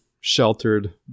sheltered